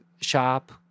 shop